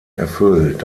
erfüllt